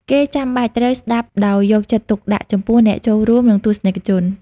គេចាំបាច់ត្រូវស្តាប់ដោយយកចិត្តទុកដាក់ចំពោះអ្នកចូលរួម និងទស្សនិកជន។